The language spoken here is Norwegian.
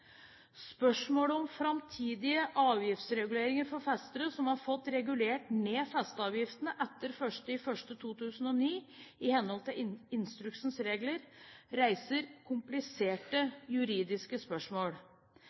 Spørsmålet om framtidige avgiftsreguleringer for festere som har fått regulert ned festeavgiften etter 1. januar 2009 i henhold til instruksens regler, reiser kompliserte juridiske spørsmål.